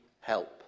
help